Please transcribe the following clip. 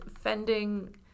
fending